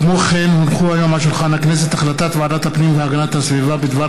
כמו כן הונחה היום על שולחן הכנסת החלטת ועדת הפנים והגנת הסביבה בדבר